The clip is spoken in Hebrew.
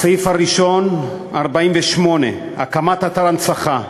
הסעיף הראשון, 48: הקמת אתר הנצחה.